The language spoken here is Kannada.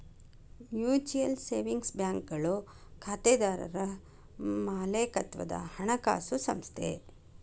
ಮ್ಯೂಚುಯಲ್ ಸೇವಿಂಗ್ಸ್ ಬ್ಯಾಂಕ್ಗಳು ಖಾತೆದಾರರ್ ಮಾಲೇಕತ್ವದ ಹಣಕಾಸು ಸಂಸ್ಥೆ